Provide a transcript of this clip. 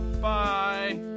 Bye